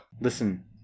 Listen